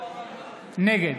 נגד